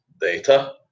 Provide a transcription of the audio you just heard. data